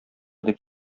дип